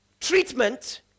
treatment